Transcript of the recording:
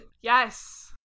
Yes